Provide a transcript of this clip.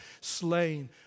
slain